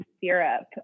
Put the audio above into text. syrup